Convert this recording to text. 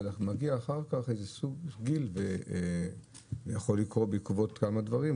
אבל מגיע אחר כך איזשהו גיל ויכול לקרות בעקבות כמה דברים,